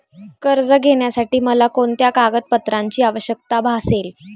कर्ज घेण्यासाठी मला कोणत्या कागदपत्रांची आवश्यकता भासेल?